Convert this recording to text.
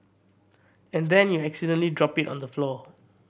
and then you accidentally drop it on the floor